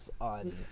on